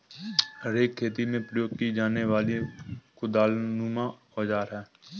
rake खेती में प्रयोग की जाने वाली कुदालनुमा औजार है